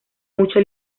mucho